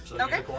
Okay